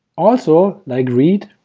also like read